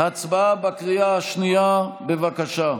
הצבעה בקריאה השנייה, בבקשה.